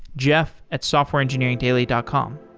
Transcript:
jeff at softwareengineeringdaily dot com